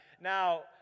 Now